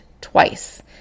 twice